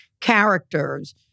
characters